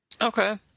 Okay